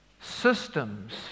systems